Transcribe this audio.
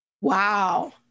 Wow